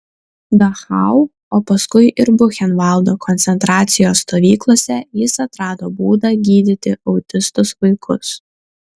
dachau o paskui ir buchenvaldo koncentracijos stovyklose jis atrado būdą gydyti autistus vaikus